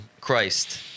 Christ